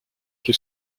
que